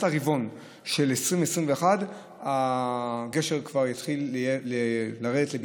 הרבעון של 2021 הגשר כבר יתחיל לרדת לביצוע.